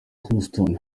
houston